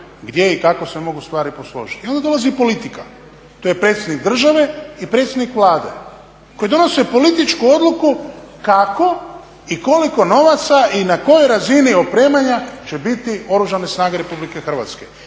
gdje i kako se mogu stvari posložiti. I onda dolazi politika, to je predsjednik države i predsjednik Vlade koji donose političku odluku kako i koliko novaca i na kojoj razini opremanja će biti Oružane snage Republike Hrvatske.